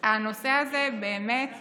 הנושא הזה באמת